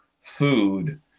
food